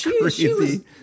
crazy